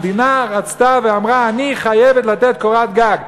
המדינה רצתה ואמרה: אני חייבת לתת קורת גג.